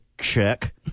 Check